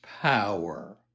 power